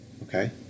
Okay